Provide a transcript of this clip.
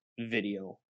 video